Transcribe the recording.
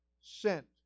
sent